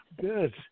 good